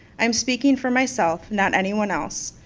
i'm speaking for myself, not anyone else.